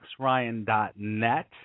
maxryan.net